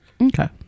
Okay